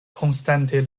konstante